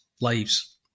lives